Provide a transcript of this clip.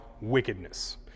wickedness